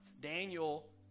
Daniel